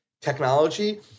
technology